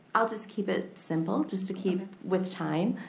i'll just keep it simple, just to keep with time.